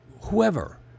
whoever